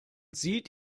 sieht